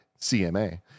cma